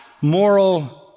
moral